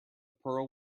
pearl